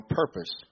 purpose